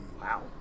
Wow